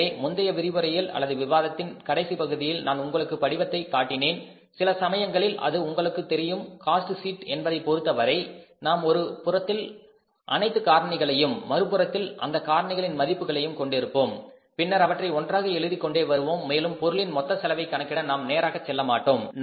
எனவே முந்தைய விரிவுரையில் அல்லது விவாதத்தின் கடைசி பகுதியில் நான் உங்களுக்கு படிவத்தை காட்டினேன் சில சமயங்களில் அது உங்களுக்குத் தெரியும் காஸ்ட் ஷீட் என்பதை பொறுத்தவரை நாம் ஒரு புறத்தில் அனைத்து காரணிகளையும் மறுபுறத்தில் அந்த காரணிகளின் மதிப்புகளையும் கொண்டிருப்போம் பின்னர் அவற்றை ஒவ்வொன்றாக எழுதிக்கொண்டே வருவோம் மேலும் பொருளின் மொத்த செலவைக் கணக்கிட நாம் நேராக செல்ல மாட்டோம்